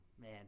Man